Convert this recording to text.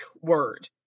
word